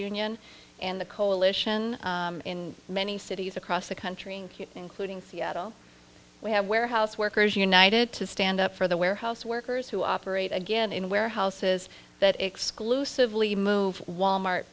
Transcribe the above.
union and the coalition in many cities across the country including seattle we have warehouse workers united to stand up for the warehouse workers who operate again in warehouses that exclusively move wal mart